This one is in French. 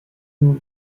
une